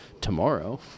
tomorrow